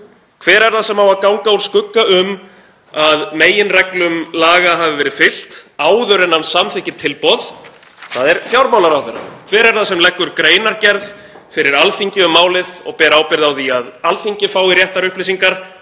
Hver er það sem á að ganga úr skugga um að meginreglum laga hafi verið fylgt áður en hann samþykkir tilboð? Það er fjármálaráðherra. Hver er það sem leggur greinargerð fyrir Alþingi um málið og ber ábyrgð á því að Alþingi fái réttar upplýsingar?